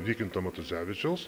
vykinto matuzevičiaus